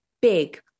Big